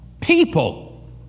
people